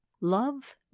Love